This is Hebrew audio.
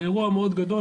אירוע מאוד גדול,